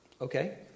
okay